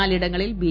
നാലിടങ്ങളിൽ B